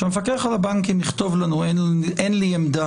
שהמפקח על הבנקים יכתוב לנו שאין לו עמדה